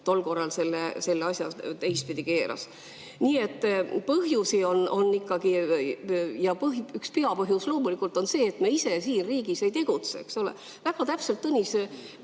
tol korral selle asja teistpidi keeras! Nii et põhjusi on ikkagi [mitmeid]. Üks peapõhjus loomulikult on see, et me ise siin riigis ei tegutse, eks ole. Väga täpselt Tõnis